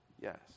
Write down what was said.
Yes